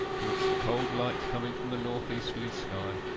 to which the cold light coming from the north easterly sky,